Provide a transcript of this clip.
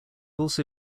also